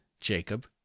Jacob